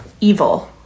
evil